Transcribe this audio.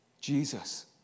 Jesus